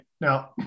now